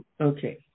okay